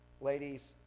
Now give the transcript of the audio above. Ladies